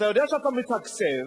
אתה יודע שאתה מתקצב,